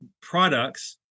products